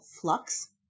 Flux